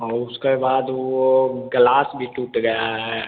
और उसके बाद वह गलास भी टूट गया है